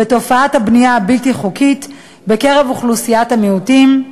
בתופעת הבנייה הבלתי-חוקית בקרב אוכלוסיית המיעוטים.